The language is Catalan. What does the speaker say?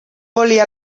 volia